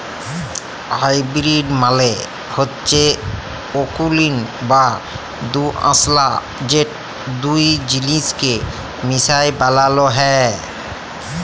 hybrid মালে হচ্যে অকুলীন বা দুআঁশলা যেট দুট জিলিসকে মিশাই বালালো হ্যয়